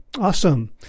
Awesome